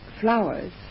flowers